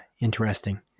interesting